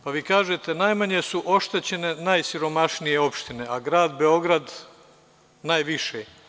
Pa vi kažete najmanje su oštećene najsiromašnije opštine, a Grad Beograd najviše.